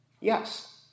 Yes